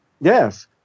Yes